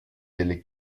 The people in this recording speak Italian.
delle